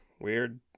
weird